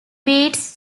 beats